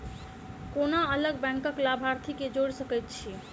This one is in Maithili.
कोना अलग बैंकक लाभार्थी केँ जोड़ी सकैत छी?